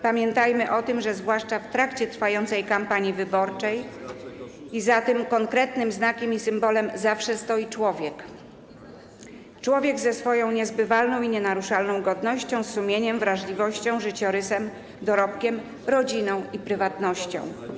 pamiętajmy o tym, zwłaszcza w trakcie trwającej kampanii wyborczej, że za tym konkretnym znakiem i symbolem zawsze stoi człowiek - człowiek ze swoją niezbywalną i nienaruszalną godnością, z sumieniem, wrażliwością, życiorysem, dorobkiem, rodziną i prywatnością.